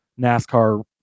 NASCAR